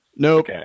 Nope